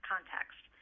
context